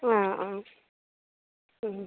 ആ ആ മ്